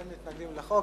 אין מתנגדים להצעת החוק.